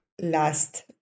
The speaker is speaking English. last